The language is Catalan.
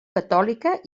catòlica